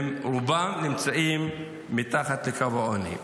הם רובם נמצאים מתחת לקו העוני.